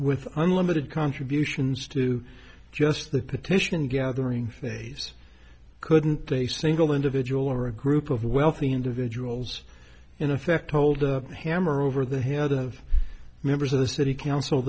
with unlimited contributions to just the petition gathering phase couldn't they single individual or a group of wealthy individuals in effect hold a hammer over the head of members of the city council